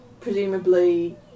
presumably